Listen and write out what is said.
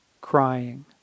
crying